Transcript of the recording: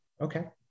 Okay